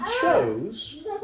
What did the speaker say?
chose